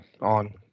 on